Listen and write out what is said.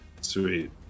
sweet